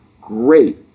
great